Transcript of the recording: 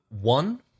One